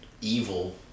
evil